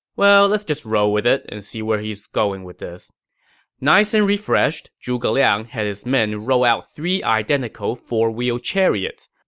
well, let's just roll with it and where he's going with this nice and refreshed, zhuge liang had his men roll out three identical four-wheel chariots,